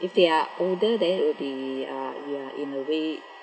if they are older that will be uh ya in a way